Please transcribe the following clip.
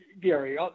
Gary